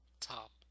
top